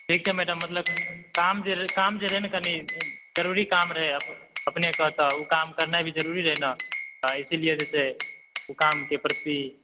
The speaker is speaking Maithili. ठीक छै मैडम मतलब काम जे काम जे रहै ने कनि ज़रूरी काम रहै अपनेक तऽ ओ काम करनाइ भी ज़रूरी रहै ने तऽ इसीलिए जे छै ओ काम के प्रति